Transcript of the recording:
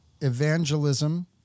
evangelism